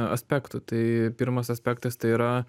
aspektų tai pirmas aspektas tai yra